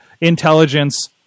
Intelligence